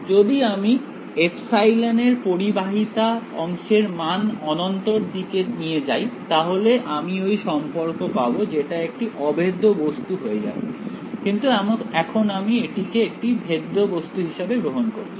যদি আমি এপসাইলন এর পরিবাহিতা অংশের মান অনন্তর দিকে নিয়ে যাই তাহলে আমি ওই সম্পর্ক পাব যেটা একটি অভেদ্য বস্তু হয়ে যাবে কিন্তু এখন আমি এটিকে একটি ভেদ্য বস্তু হিসেবে গ্রহণ করছি